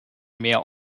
mehr